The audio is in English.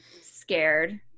scared